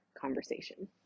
conversation